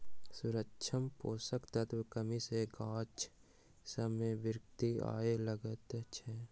सूक्ष्म पोषक तत्वक कमी सॅ गाछ सभ मे विकृति आबय लागैत छै